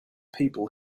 people